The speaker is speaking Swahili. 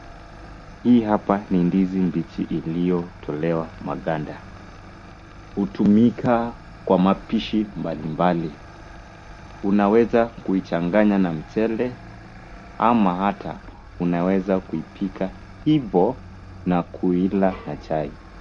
Hii hapa ni ndizi mbichi ililotolewa maganda. Hutumika kwa mapishi mbalimbali. Unaweza kuichanganya na mchele, ama hata unaweza kuipika hivo na kuila na chai.